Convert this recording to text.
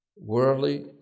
worldly